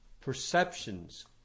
perceptions